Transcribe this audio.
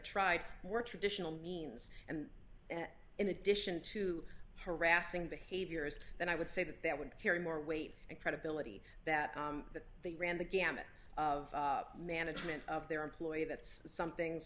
tried more traditional means and in addition to harassing behaviors then i would say that that would carry more weight and credibility that they ran the gamut of management of their employ that's some things